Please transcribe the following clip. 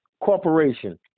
corporation